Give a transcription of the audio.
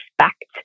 respect